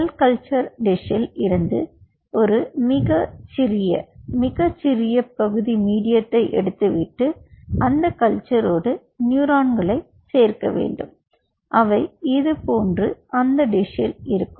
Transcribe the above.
செல் culture டிஷ்ஷில் இருந்து ஒரு சிறிய மிக சிறிய பகுதி மீடியத்தை எடுத்து விட்டு அந்த கல்ச்சரோடு நியூரோன்களை சேர்க்க வேண்டும் அவை இதுபோன்று அந்த டிஷ்ஷில் இருக்கும்